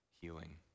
healing